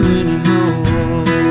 anymore